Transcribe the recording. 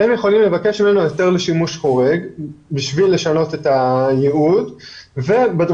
הם יכולים לבקש הסדר לשימוש חורג כדי לשנות את המהות ובדרישות